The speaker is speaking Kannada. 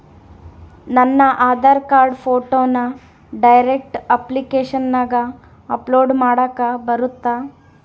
ನನ್ನ ಆಧಾರ್ ಕಾರ್ಡ್ ಫೋಟೋನ ಡೈರೆಕ್ಟ್ ಅಪ್ಲಿಕೇಶನಗ ಅಪ್ಲೋಡ್ ಮಾಡಾಕ ಬರುತ್ತಾ?